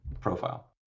profile